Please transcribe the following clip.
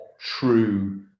true